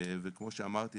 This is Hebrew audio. וכמו שאמרתי,